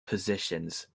positions